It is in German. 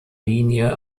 linie